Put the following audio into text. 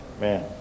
Man